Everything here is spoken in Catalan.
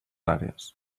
àrees